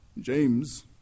James